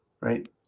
right